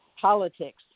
politics